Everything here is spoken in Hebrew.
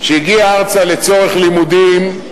שהגיע לארץ לצורך לימודים,